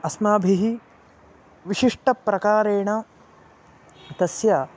अस्माभिः विशिष्टप्रकारेण तस्य